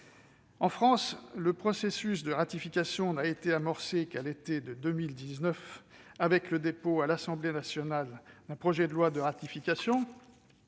En France, le processus de ratification n'a été amorcé qu'à l'été 2019, avec le dépôt à l'Assemblée nationale d'un projet de loi de ratification.